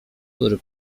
który